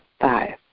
Five